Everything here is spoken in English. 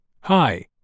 Hi